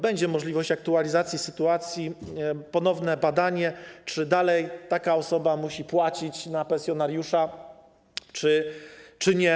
Będzie możliwość aktualizacji sytuacji, ponowne badanie, czy dalej taka osoba musi płacić na pensjonariusza czy nie.